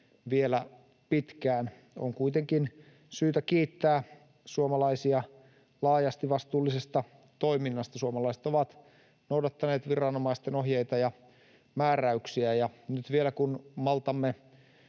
vielä pitkään. On kuitenkin syytä kiittää suomalaisia laajasti vastuullisesta toiminnasta. Suomalaiset ovat noudattaneet viranomaisten ohjeita ja määräyksiä, ja nyt vielä kun maltamme